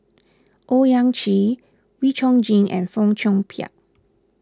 Owyang Chi Wee Chong Jin and Fong Chong Pik